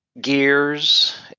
Gears